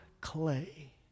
clay